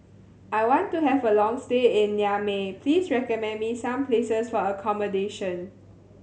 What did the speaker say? I want to have a long stay in Niamey please recommend me some places for accommodation